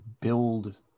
build